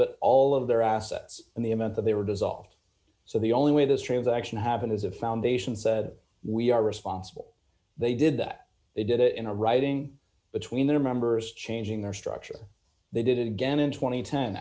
but all of their assets in the amount that they were dissolved so the only way this transaction happened is a foundation said we are responsible they did that they did it in writing between their members changing their structure they did it again in tw